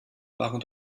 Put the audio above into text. waren